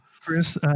Chris